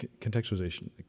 contextualization